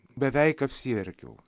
beveik apsiverkiau